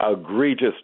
egregious